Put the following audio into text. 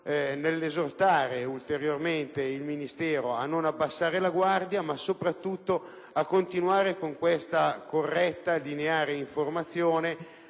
nell'esortare ulteriormente il Ministero a non abbassare la guardia e soprattutto a continuare con questa corretta e lineare informazione,